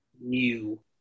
new